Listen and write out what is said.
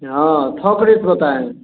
हाँ थोक रेट बताएँ